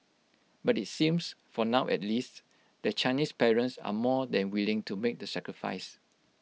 but IT seems for now at least that Chinese parents are more than willing to make the sacrifice